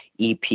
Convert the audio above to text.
EP